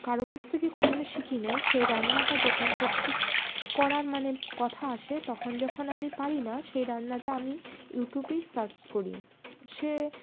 কারো কাছ থেকে কখনো শিখি নিই সে রান্নাটা যখন করতে করার মানে কথা আসে তখন যখন আমি পারি না সেই রান্নাটা আমি ইউটুবেই সার্চ করি সে